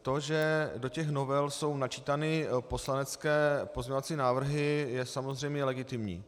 To, že do novel jsou načítány poslanecké pozměňovací návrhy, je samozřejmě legitimní.